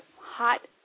hot